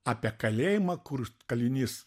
apie kalėjimą kur kalinys